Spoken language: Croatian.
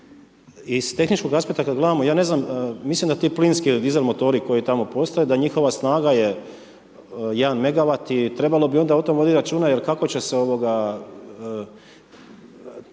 iz tehničkog aspekta kada gledamo ja ne znam mislim da ti plinski dizel motori koji tamo postoje da njihova snaga je 1 megawat i trebalo bi onda o tome voditi računa, jer kako će se biti